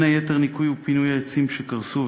ובהן בין היתר ניקוי ופינוי העצים שקרסו,